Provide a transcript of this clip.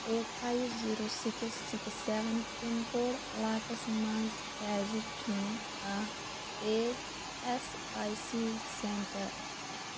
eight five zero six six seven pin code علاقس مَنٛز کیٛازِ چھُ نہٕ کانٛہہ A S I C centre